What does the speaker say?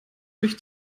durch